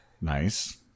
Nice